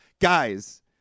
Guys